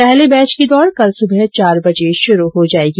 पहले बैच की दौड़ कल सुबह चार बजे शुरू हो जायेगी